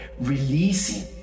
releasing